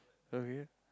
okay